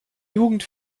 jugend